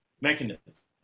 mechanisms